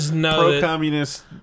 pro-communist